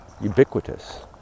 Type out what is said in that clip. ubiquitous